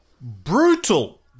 brutal